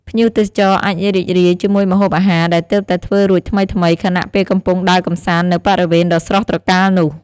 ភ្ញៀវទេសចរអាចរីករាយជាមួយម្ហូបអាហារដែលទើបតែធ្វើរួចថ្មីៗ ខណៈពេលកំពុងដើរកម្សាន្តនៅបរិវេណដ៏ស្រស់ត្រកាលនោះ។